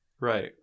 Right